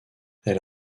elle